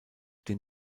dem